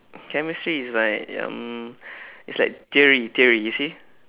chemistry is like um is like theory theory you see